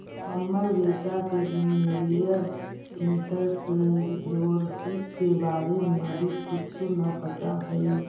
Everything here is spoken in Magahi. हमर बेटा के मिलेनियल एंटेरप्रेन्योरशिप के बारे में अभी कुछो न पता हई